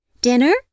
Dinner